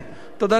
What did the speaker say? תודה לכולם.